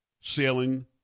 sailing